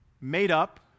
made-up